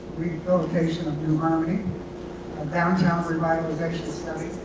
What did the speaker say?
rehabilitation of new harmony a downtown revitalization study.